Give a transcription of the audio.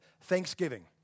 thanksgiving